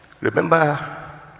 Remember